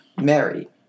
Mary